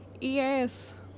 Yes